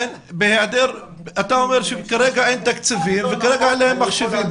אתה אומר שכרגע אין תקציבים ואין מחשבים.